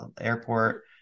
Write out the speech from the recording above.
airport